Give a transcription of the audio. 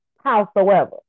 Howsoever